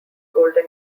golden